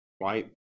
right